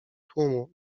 tłumu